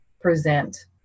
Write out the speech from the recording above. present